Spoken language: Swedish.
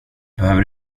behöver